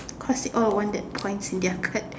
cause all the one that points in their card